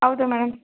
ಹೌದು ಮೇಡಮ್